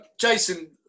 Jason